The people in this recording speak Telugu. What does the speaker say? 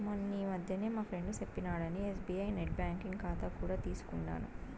మొన్నీ మధ్యనే మా ఫ్రెండు సెప్పినాడని ఎస్బీఐ నెట్ బ్యాంకింగ్ కాతా కూడా తీసుకుండాను